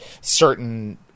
certain